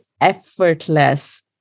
effortless